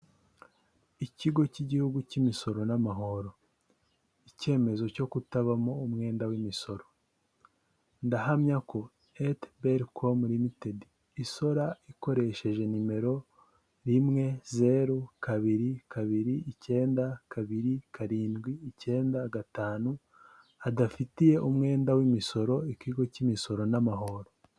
Ikigo cy'igihugu cy'imisoro n'amahoro, icyemezo cyo kutabamo umwenda w'imisoro, ndahamya ko Ette Blecom ltd, isora ikoresheje nimero rimwe zeru kabiri kabiri icyenda kabiri karindwi icyenda gatanu, adafitiye umwenda w'imisoro ikigo cy'imisoro n'amahoro.